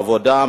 העבודה,